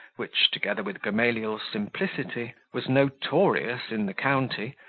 which, together with gamaliel's simplicity, was notorious in the county,